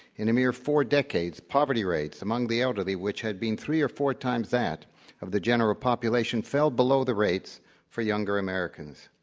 in a mere four decades, poverty rates among the elderly, whichhad been three or four times that of the general population, fell below the rates for younger americans.